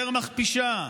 יותר מכפישה,